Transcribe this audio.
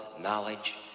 knowledge